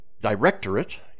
Directorate